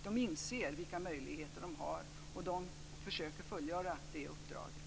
De inser vilka möjligheter de har, och de försöker att fullgöra det uppdraget.